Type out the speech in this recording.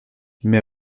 mais